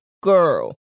Girl